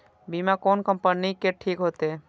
बीमा कोन कम्पनी के ठीक होते?